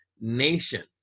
nation